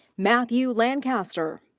matthew lancaster.